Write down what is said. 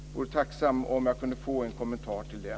Jag vore tacksam om jag kunde få en kommentar till det.